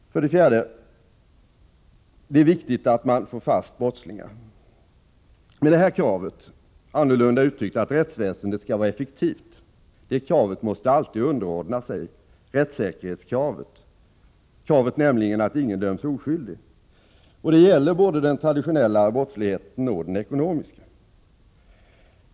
För det fjärde vill jag poängtera att det är viktigt att man får fast brottslingar. Men kravet att rättsväsendet skall vara effektivt måste alltid underordnas rättssäkerhetsintresset, kravet på att ingen döms oskyldig. Det gäller både den traditionella brottsligheten och den ekonomiska.